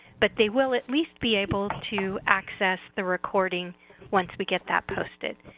but they will at least be able to access the recording once we get that posted.